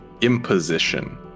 imposition